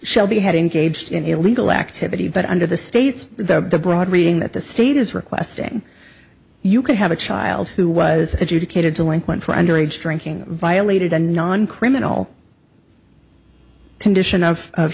shelby had engaged in illegal activity but under the state's broad reading that the state is requesting you could have a child who was adjudicated delinquent for underage drinking violated a non criminal condition of